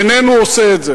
איננו עושה את זה